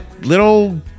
little